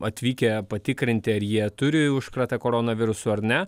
atvykę patikrinti ar jie turi užkratą koronavirusu ar ne